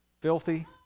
filthy